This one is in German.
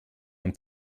und